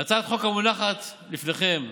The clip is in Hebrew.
הצעת חוק המונחת לפניכם